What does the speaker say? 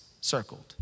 circled